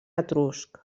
etrusc